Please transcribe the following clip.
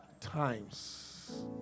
times